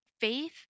faith